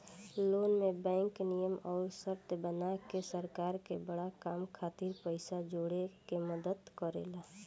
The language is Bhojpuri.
लोन में बैंक नियम अउर शर्त बना के सरकार के बड़ काम खातिर पइसा जोड़े में मदद करेला